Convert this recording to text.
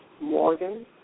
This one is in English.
Morgan